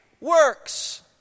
Works